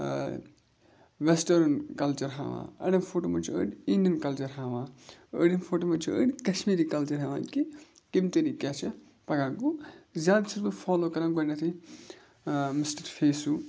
western culture ہاوان اَڑٮ۪ن فوٹون منٛز چھِ أڑۍ اِنڈیَن کَلچَر ہاوان أڑٮ۪ن فوٹون منٛز چھِ أڑۍ کَشمیٖری کَلچَر ہاوان کہِ کَمہِ طٔریٖق کیٛاہ چھِ پَگاہ گوٚو زیادٕ چھَس بہٕ فالو کَران گۄڈنٮ۪تھٕے مِسٹَر فیسوٗ